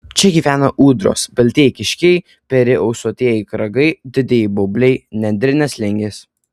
čia gyvena ūdros baltieji kiškiai peri ausuotieji kragai didieji baubliai nendrinės lingės